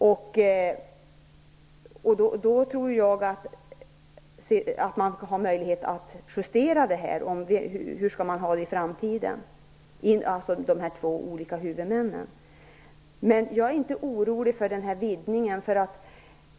Då tror jag att de här två huvudmännen skall ha möjlighet att justera denna lösning och ta ställning till hur man skall ha det i framtiden. Jag är inte orolig för vidgningen.